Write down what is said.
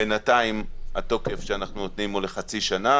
בינתיים התוקף שאנחנו נותנים הוא לחצי שנה